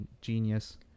Genius